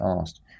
asked